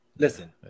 Listen